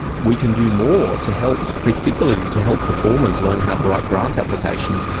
we can do more to help, particularly to help performers learn how to write grant applications,